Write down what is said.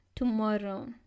tomorrow